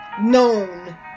Known